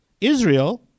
Israel